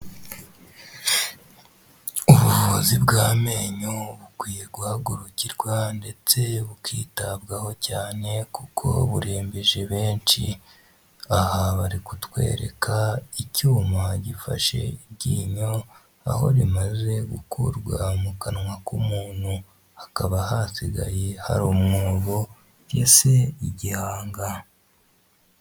Ubuvuzi bw'amenyo bukwiye guhagurukirwa ndetse bukitabwaho cyane kuko burembeje benshi aha bari kutwereka icyuma gifashe iryinyo aho rimaze gukurwa mu kanwa k'umuntu hakaba hasigaye hari umwobo mbese igihanga.